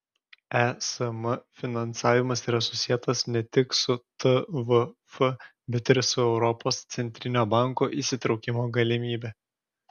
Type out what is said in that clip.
esm finansavimas yra susietas ne tik su tvf bet ir su europos centrinio banko įsitraukimo galimybe